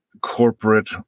corporate